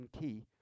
key